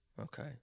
okay